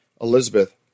Elizabeth